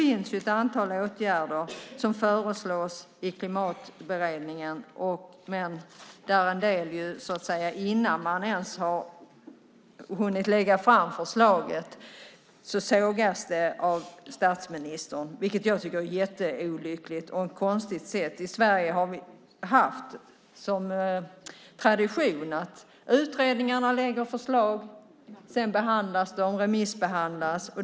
Ett antal åtgärder föreslås i Klimatberedningen. Men innan man ens har hunnit lägga fram sitt förslag sågas det av statsministern, vilket jag tycker är mycket olyckligt och ett konstigt sätt. I Sverige har vi haft som tradition att utredningar lägger fram förslag. Dessa remissbehandlas.